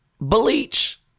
bleach